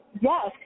Yes